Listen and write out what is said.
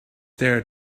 there